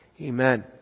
Amen